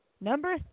number